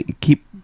keep